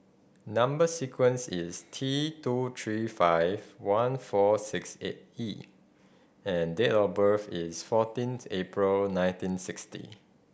number sequence is T two three five one four six eight E and date of birth is fourteenth April nineteen sixty